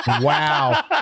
Wow